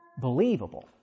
believable